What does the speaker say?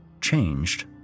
changed